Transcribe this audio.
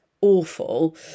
awful